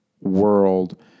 world